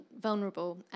vulnerable